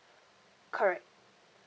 correct